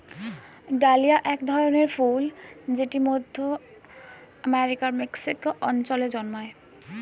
dahlia এক ধরনের ফুল জেট মধ্য আমেরিকার মেক্সিকো অঞ্চলে জন্মায়